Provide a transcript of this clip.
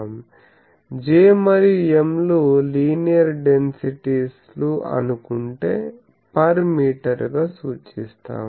J మరియు M లు linear densities లు అనుకుంటే పర్ మీటర్ గా సూచిస్తాం